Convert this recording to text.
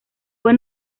fue